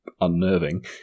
unnerving